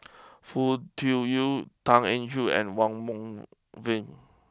Foo Tui Liew Tan Eng Joo and Wong Meng Voon